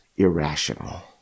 Irrational